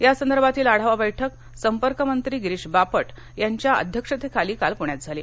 यासंदर्भातील आढावा बैठक संपर्क मंत्री गिरीश बापट यांच्या अध्यक्षतेखाली काल पुण्यात झाली